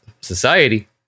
society